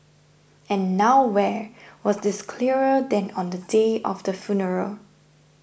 and nowhere was this clearer than on the day of the funeral